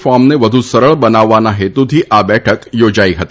Forman વધુ સરળ બનાવવાના હેતુથી આ બઠક યોજાઇ હતી